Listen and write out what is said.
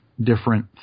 different